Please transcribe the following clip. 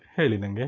ಹೇಳಿ ನನಗೆ